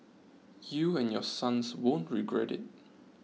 you and your sons won't regret it